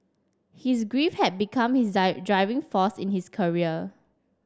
his grief had become his driving force in his career